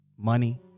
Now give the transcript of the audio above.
money